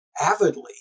avidly